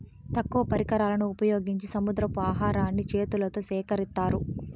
తక్కువ పరికరాలను ఉపయోగించి సముద్రపు ఆహారాన్ని చేతులతో సేకరిత్తారు